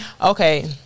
Okay